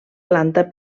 planta